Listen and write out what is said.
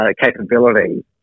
capability